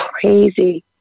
crazy